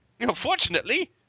Unfortunately